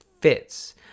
fits